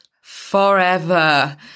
forever